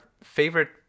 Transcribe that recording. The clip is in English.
favorite